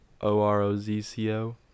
o-r-o-z-c-o